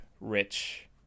rich